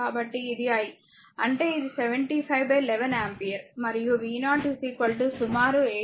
కాబట్టి ఇది i అంటే ఇది 75 11 ఆంపియర్ మరియు v0 సుమారు 18